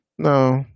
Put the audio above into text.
No